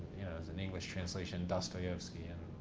an english translation dostoyevsky, and